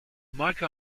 mike